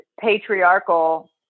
patriarchal